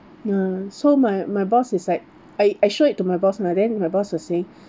ah so my my boss is like I I showed it to my boss mah then my boss was saying